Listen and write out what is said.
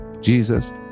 Jesus